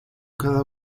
cada